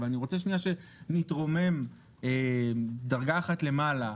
אבל אני רוצה שנתרומם דרגה אחת למעלה.